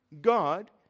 God